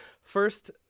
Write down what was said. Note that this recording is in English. First